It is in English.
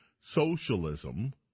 socialism –